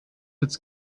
its